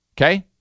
okay